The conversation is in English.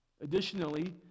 Additionally